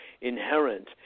inherent